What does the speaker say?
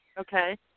Okay